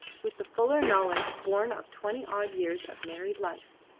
with the fuller knowledge born of twenty odd years of married life.